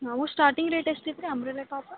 ಅವು starting rate ಎಷ್ಟಿತ್ತು ರೀ ಅಂಬ್ರೆಲ ಟಾಪ್